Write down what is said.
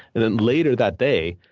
and then, later that day,